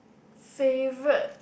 favorite